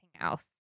else